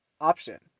option